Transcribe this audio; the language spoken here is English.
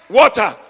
water